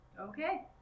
Okay